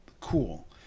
cool